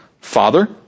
Father